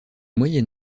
moyen